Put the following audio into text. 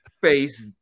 face